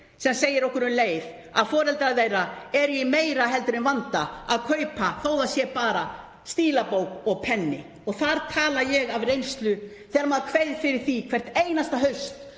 sem segir okkur um leið að foreldrar þeirra eru í meiri vanda að kaupa námsgögn þó að það sé bara stílabók og penni. Þar tala ég af reynslu. Maður kveið fyrir því hvert einasta haust